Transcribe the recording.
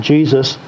Jesus